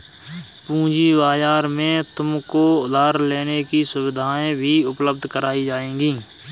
पूँजी बाजार में तुमको उधार लेने की सुविधाएं भी उपलब्ध कराई जाएंगी